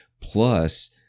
Plus